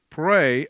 pray